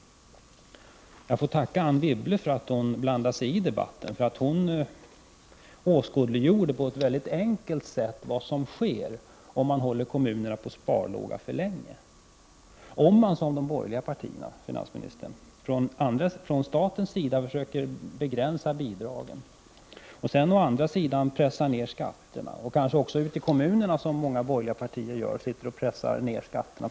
Jag får tacka Anne Wibble för att hon blandade sig i debatten. Hon åskådliggjorde på ett mycket enkelt sätt vad som sker om man håller kommunerna på sparlåga för länge. De borgerliga partierna, finansministern, vill att man från statens sida skall försöka begränsa bidragen och samtidigt pressa ner skatterna. Även ute i kommunerna kanske många borgerliga partier sitter och försöker pressa ner skatterna.